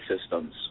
systems